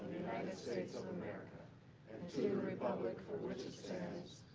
states of america. and to the republic for which it stands,